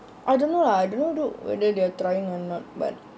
I don't know lah I don't know whether they're trying or not but